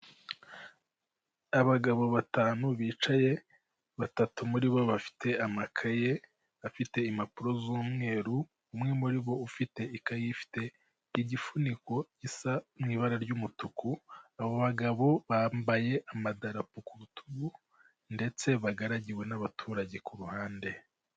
Abagabo batanu bicaye batatu muri bo bafite amakaye afite impapuro z'umweru, umwe muri bo ufite ikaye ifite igifuniko gisa mu ibara ry'umutuku, abo bagabo bambaye amadapo ku rutugu ndetse bagaragiwe n'abaturage ku ruhande.